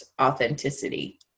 authenticity